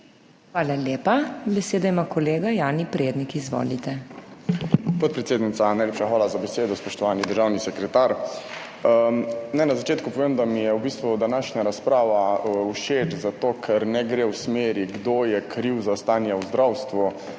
Hvala lepa. Besedo ima kolega Jani Prednik. Izvolite. JANI PREDNIK (PS SD): Podpredsednica, najlepša hvala za besedo. Spoštovani državni sekretar! Naj na začetku povem, da mi je v bistvu današnja razprava všeč zato, ker ne gre v smeri kdo je kriv za stanje v zdravstvu,